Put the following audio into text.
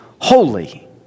holy